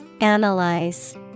Analyze